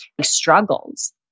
struggles